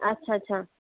ਅੱਛਾ ਅੱਛਾ